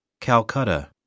Calcutta